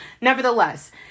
Nevertheless